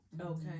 Okay